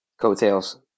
Coattails